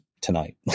tonight